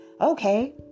okay